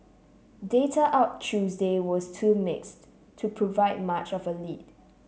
data out Tuesday was too mixed to provide much of a lead